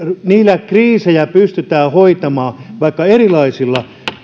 niillä kriisejä pystytään hoitamaan vaikka erilaisilla